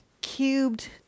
cubed